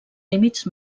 límits